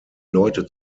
leute